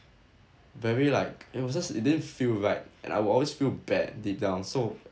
very like it was just it didn't feel right and I will always feel bad deep down so